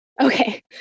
Okay